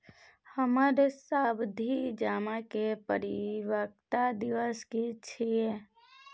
हमर सावधि जमा के परिपक्वता दिवस की छियै?